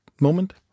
moment